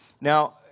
Now